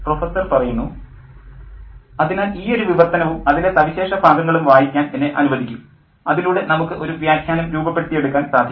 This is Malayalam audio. പ്രൊഫസ്സർ അതിനാൽ ഈയൊരു വിവർത്തനവും അതിലെ സവിശേഷ ഭാഗങ്ങളും വായിക്കാൻ എന്നെ അനുവദിക്കൂ അതിലൂടെ നമുക്ക് ഒരു വ്യാഖ്യാനം രൂപപ്പെടുത്തി എടുക്കാൻ സാധിക്കും